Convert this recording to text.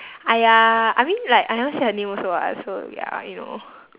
!aiya! I mean like I never say her name also [what] so ya you know